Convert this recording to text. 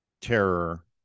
terror